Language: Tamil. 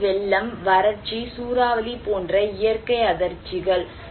ஒன்று வெள்ளம் வறட்சி சூறாவளி போன்ற இயற்கை அதிர்ச்சிகள்